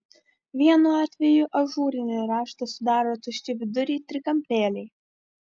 vienu atvejų ažūrinį raštą sudaro tuščiaviduriai trikampėliai